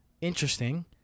Interesting